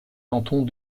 cantons